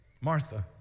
Martha